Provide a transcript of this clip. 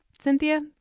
Cynthia